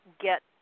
get